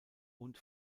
und